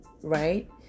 right